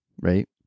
right